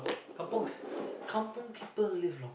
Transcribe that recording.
kampungs kampung people live long